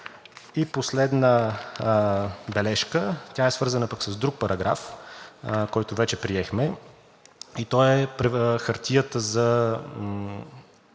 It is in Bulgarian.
И последна бележка. Тя е свързана пък с друг параграф, който вече приехме, и той е хартията за